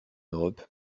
europe